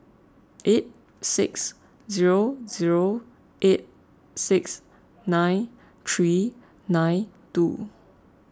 eight six zero zero eight six nine three nine two